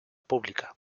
pública